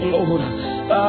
Lord